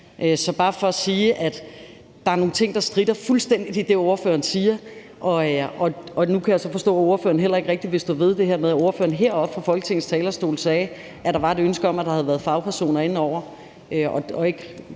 er bare for at sige, at der er nogle ting, der stritter fuldstændig i det, ordføreren siger. Nu kan jeg så forstå, at ordføreren heller ikke rigtig vil stå ved det, som ordføreren sagde heroppe fra Folketingets talerstol om, at der var et ønske om, at der havde været fagpersoner inde over,